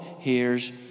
hears